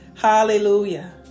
Hallelujah